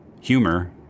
humor